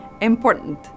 Important